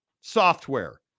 software